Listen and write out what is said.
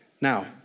Now